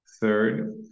Third